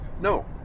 No